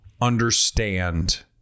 understand